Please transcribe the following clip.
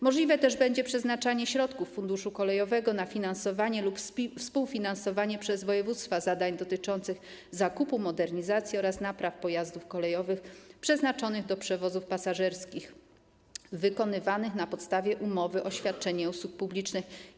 Możliwe też będzie przeznaczanie środków z Funduszu Kolejowego na finansowanie lub współfinansowanie przez województwa zadań dotyczących zakupu, modernizacji oraz napraw pojazdów kolejowych przeznaczonych do przewozów pasażerskich wykonywanych na podstawie umowy o świadczenie usług publicznych.